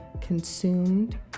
consumed